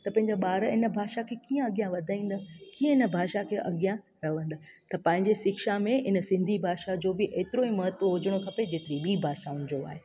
त पंहिंजा ॿार इन भाषा खे कीअं अॻियां वधाईंदा कीअं इन भाषा खे अॻियां रहंदा त पंहिंजे शिक्षा में इन सिंधी भाषा जो बि एतिरो ई महत्व हुजिणो खपे जेतिरी ॿीं भाषाउनि जो आहे